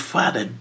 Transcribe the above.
Father